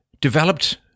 developed